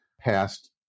passed